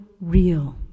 real